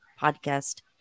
Podcast